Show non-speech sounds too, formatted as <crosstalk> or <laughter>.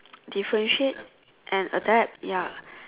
<noise> differentiate and adapt ya